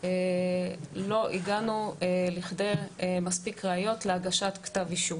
לא הגענו לכדי מספיק ראיות להגשת כתב אישום.